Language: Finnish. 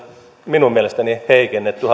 minun mielestäni hallituksen taholta heikennetty